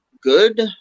good